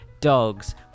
dogs